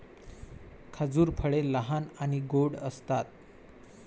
खजूर फळे लहान आणि गोड असतात